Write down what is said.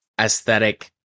aesthetic